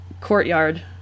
courtyard